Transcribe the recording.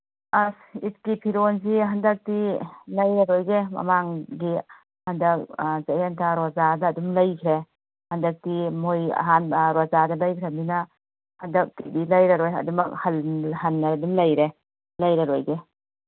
ꯑꯁ ꯏꯠꯀꯤ ꯐꯤꯔꯣꯟꯁꯤ ꯍꯟꯗꯛꯇꯤ ꯂꯩꯔꯔꯣꯏꯒꯦ ꯃꯃꯥꯡꯒꯤ ꯍꯟꯗꯛ ꯆꯥꯛꯍꯦꯟ ꯊꯥ ꯔꯣꯖꯥꯗ ꯑꯗꯨꯝ ꯂꯩꯒ꯭ꯔꯦ ꯍꯟꯗꯛꯇꯤ ꯃꯣꯏ ꯑꯍꯥꯟꯕ ꯔꯣꯖꯥꯗ ꯂꯩꯒ꯭ꯔꯝꯅꯤꯅ ꯍꯟꯗꯛꯀꯤꯗꯤ ꯂꯩꯔꯔꯣꯏ ꯑꯗꯨꯃꯛ ꯍꯟꯅ ꯑꯗꯨꯝ ꯂꯩꯔꯦ ꯂꯩꯔꯔꯣꯏꯒꯦ